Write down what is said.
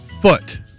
Foot